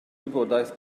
wybodaeth